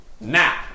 now